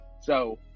So-